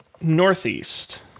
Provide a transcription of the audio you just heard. Northeast